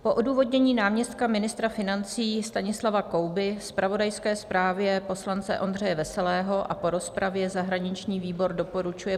Po odůvodnění náměstka ministra financí Stanislava Kouby, zpravodajské zprávě poslance Ondřeje Veselého a po rozpravě zahraniční výbor doporučuje